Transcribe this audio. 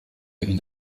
ihn